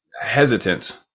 hesitant